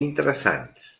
interessants